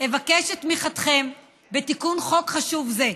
אבקש את תמיכתם בתיקון חוק חשוב זה,